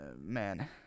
man